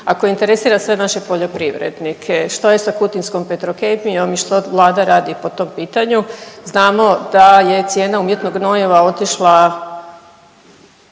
koje interesira sve naše poljoprivrednike. Što je sa kutinskom Petrokemijom i što vlada radi po tom pitanju? Znamo da je cijena umjetnog gnojiva otišla